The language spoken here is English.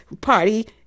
party